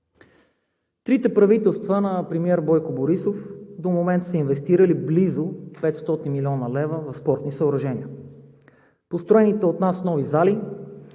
Трите правителства на премиера Бойко Борисов до момента са инвестирали близо 500 млн. лв. в спортни съоръжения. Построените от нас нови зали,